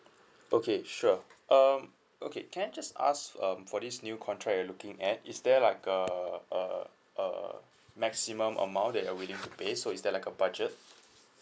okay sure um okay can I just ask um for this new contract you're looking at is there like a a a maximum amount that you're willing to pay so is there like a budget